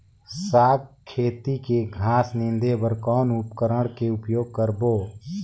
साग खेती के घास निंदे बर कौन उपकरण के उपयोग करबो?